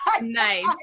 Nice